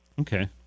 Okay